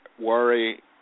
worry